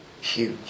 Huge